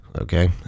okay